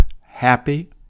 happy